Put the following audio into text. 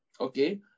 okay